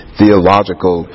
theological